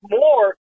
more